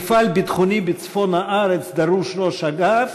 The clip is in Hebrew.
למפעל ביטחוני בצפון הארץ דרוש ראש אגף.